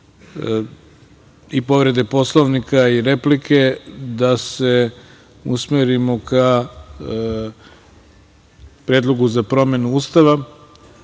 povrede Poslovnika i replike da se usmerimo ka Predlogu za promenu Ustava. Želim